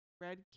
red